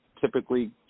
typically